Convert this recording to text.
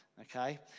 okay